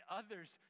others